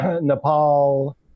Nepal